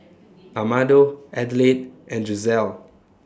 Amado Adelaide and Giselle